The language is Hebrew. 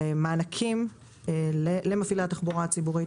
למענקים למפעילי התחבורה הציבורית,